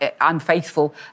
unfaithful